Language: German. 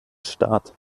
staat